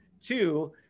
Two